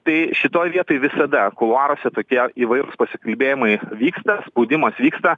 tai šitoj vietoj visada kuluaruose tokie įvairūs pasikalbėjimai vyksta spaudimas vyksta